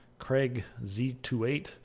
CraigZ28